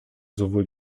sowohl